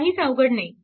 काहीच अवघड नाही